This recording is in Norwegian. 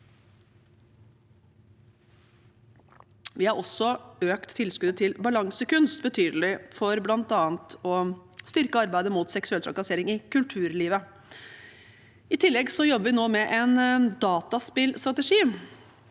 Vi har også økt tilskuddet til Balansekunst betydelig for bl.a. å styrke arbeidet mot seksuell trakassering i kulturlivet. I tillegg jobber vi nå med en dataspillstrategi,